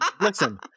listen